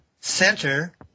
center